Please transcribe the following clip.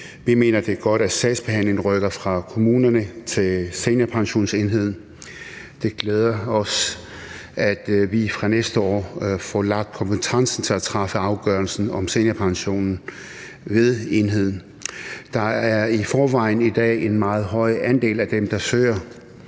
Vi mener, det er godt, at sagsbehandlingen rykker fra kommunerne til Seniorpensionsenheden. Det glæder os, at vi fra næste år får lagt kompetencen til at træffe afgørelsen om seniorpension i enheden. Der er i forvejen i dag en meget høj andel af dem, der søger,